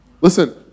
Listen